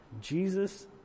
Jesus